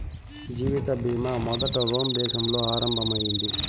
జీవిత బీమా మొదట రోమ్ దేశంలో ఆరంభం అయింది